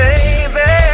Baby